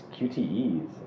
QTEs